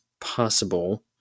possible